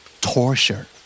Torture